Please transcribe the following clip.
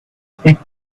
speak